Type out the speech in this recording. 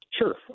Sure